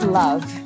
love